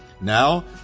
now